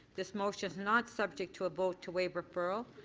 this motion is not subject to a vote to waive referral.